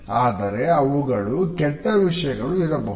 ಆದರೆ ಅವುಗಳು ಕೆಟ್ಟ ವಿಷಯಗಳು ಇರಬಹುದು